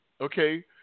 Okay